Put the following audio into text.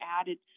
added